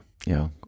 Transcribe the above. Ja